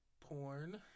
Porn